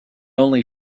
only